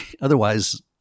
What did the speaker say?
otherwise